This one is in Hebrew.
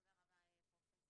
תודה רבה, פרופ'